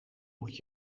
moet